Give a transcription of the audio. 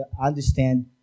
understand